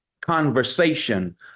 conversation